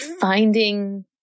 finding